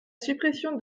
suppression